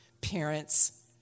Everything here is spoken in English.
Parents